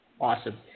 Awesome